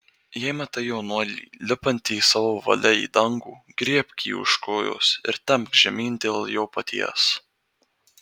jei matai jaunuolį lipantį savo valia į dangų griebk jį už kojos ir temk žemyn dėl jo paties